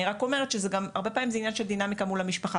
אני רק אומרת שזה גם הרבה פעמים עניין של דינמיקה מול המשפחה